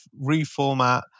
reformat